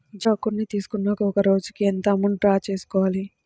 Zero account తీసుకున్నాక ఒక రోజుకి ఎంత అమౌంట్ డ్రా చేసుకోవాలి?